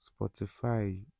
spotify